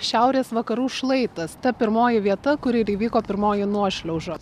šiaurės vakarų šlaitas ta pirmoji vieta kur ir įvyko pirmoji nuošliauža